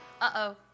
Uh-oh